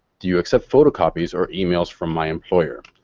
do you accept photocopies or emails from my employer?